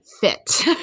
fit